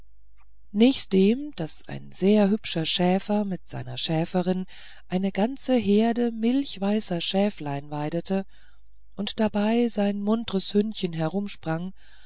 nächstdem daß ein sehr hübscher schäfer mit seiner schäferin eine ganze herde milchweißer schäflein weidete und dabei sein